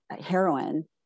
heroin